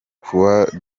croix